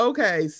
Okay